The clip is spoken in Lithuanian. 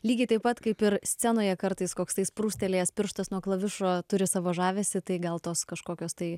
lygiai taip pat kaip ir scenoje kartais koks tai spūstelėjęs pirštas nuo klavišų turi savo žavesį tai gal tos kažkokios tai